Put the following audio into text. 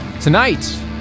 Tonight